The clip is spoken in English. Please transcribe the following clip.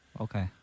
Okay